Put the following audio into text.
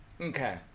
Okay